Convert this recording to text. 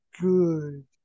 good